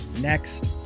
next